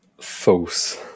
False